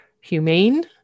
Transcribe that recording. humane